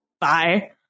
Bye